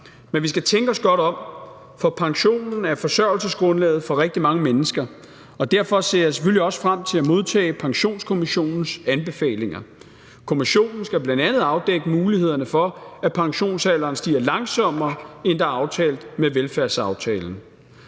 Men vi skal tænke os godt om, for pensionen er forsørgelsesgrundlaget for rigtig mange mennesker. Derfor ser jeg selvfølgelig også frem til at modtage Pensionskommissionens anbefalinger. Kommissionen skal bl.a. afdække mulighederne for, at pensionsalderen stiger langsommere, end det er aftalt i velfærdsaftalen.